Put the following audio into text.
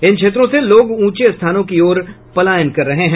इन क्षेत्रों से लोग ऊंचे स्थानों की ओर पलायन कर रहे हैं